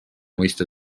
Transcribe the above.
mõista